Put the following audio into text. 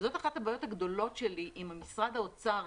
זאת אחת הבעיות הגדולות שלי עם משרד האוצר,